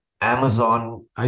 Amazon